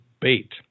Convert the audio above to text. bait